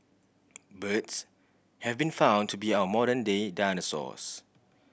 birds have been found to be our modern day dinosaurs